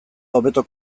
hobeto